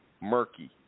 murky